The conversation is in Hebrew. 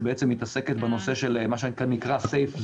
שמתעסקת בנושא של מה שנקרא "safe zones",